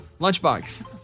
Lunchbox